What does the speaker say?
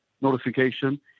notification